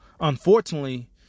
unfortunately